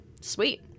Sweet